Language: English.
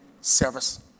service